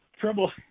trouble